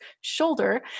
shoulder